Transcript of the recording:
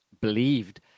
believed